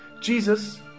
Jesus